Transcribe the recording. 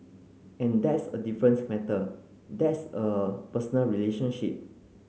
and that's a different matter that's a personal relationship